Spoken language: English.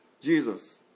Jesus